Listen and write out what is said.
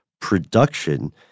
production